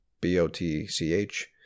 b-o-t-c-h